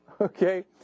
Okay